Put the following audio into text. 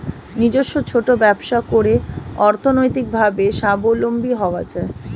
নিজস্ব ছোট ব্যবসা করে অর্থনৈতিকভাবে স্বাবলম্বী হওয়া যায়